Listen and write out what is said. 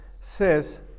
says